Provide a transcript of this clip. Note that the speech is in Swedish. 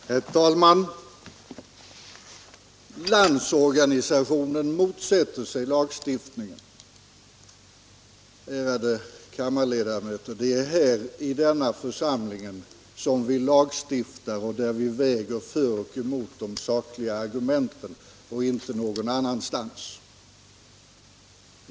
Herr talman! Landsorganisationen motsätter sig lagstiftningen. Ärade kammarledamöter! Det är här i denna församling som vi lagstiftar och väger de sakliga argumenten för och emot, inte någon annanstans.